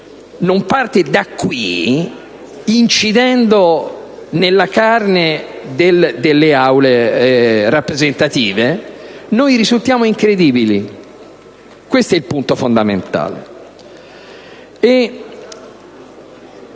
parte da qui incidendo nella carne delle Aule rappresentative, noi risultiamo incredibili. Questo è il punto fondamentale.